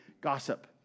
Gossip